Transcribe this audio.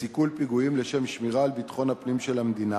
לשם שמירה על ביטחון הפנים של המדינה,